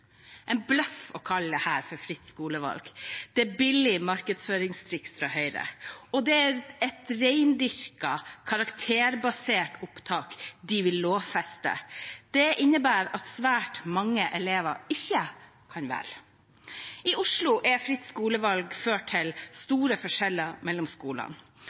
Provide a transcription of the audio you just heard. en bløff å kalle dette fritt skolevalg. Det er et billig markedsføringstriks fra Høyre. Det er et rendyrket karakterbasert opptak de vil lovfeste. Det innebærer at svært mange elever ikke kan velge. I Oslo har fritt skolevalg ført til store forskjeller mellom skolene.